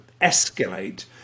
escalate